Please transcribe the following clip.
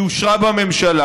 היא אושרה בממשלה,